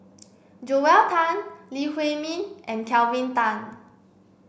Joel Tan Lee Huei Min and Kelvin Tan